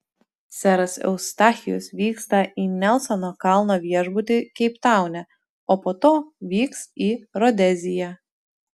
seras eustachijus vyksta į nelsono kalno viešbutį keiptaune o po to vyks į rodeziją